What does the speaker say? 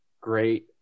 great